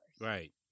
Right